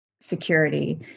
security